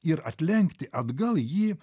ir atlenkti atgal jį